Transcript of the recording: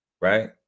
Right